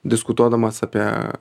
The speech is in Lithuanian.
diskutuodamas apie